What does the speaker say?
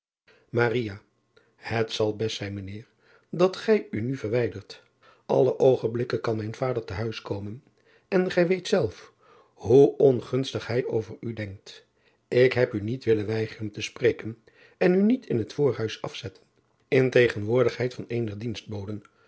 et zal best zijn mijn eer dat gij u nu verwijdert lle oogenblikken kan mijn vader te huis komen en gij weet zelf hoe ongunstig hij over u denkt k heb u niet willen weigeren te spreken en u niet in het voorhuis afzetten in tegenwoordigheid van een